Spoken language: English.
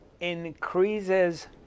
increases